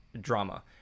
drama